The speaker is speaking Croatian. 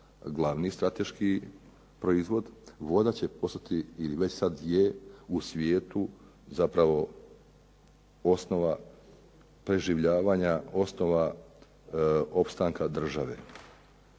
glavni strateški proizvod, voda će postati ili već sad je u svijetu zapravo osnova preživljavanja, osnova opstanka države.